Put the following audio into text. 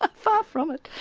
but far from it.